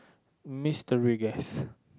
mister Rigass